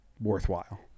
worthwhile